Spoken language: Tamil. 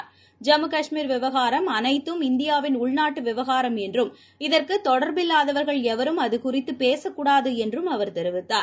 ஐம்முகாஷ்மீர் விவகாரம் அனைத்தும் இந்தியாவின் உள்நாட்டுவிவகாரம் என்றும் இதற்குதொடர்பில்லாதவர்கள் எவரும் அதுகுறித்துபேசக்கூடாதுஎன்றும் அவர் தெரிவித்தார்